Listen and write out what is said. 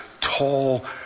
tall